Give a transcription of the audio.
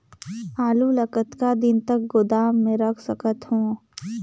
आलू ल कतका दिन तक गोदाम मे रख सकथ हों?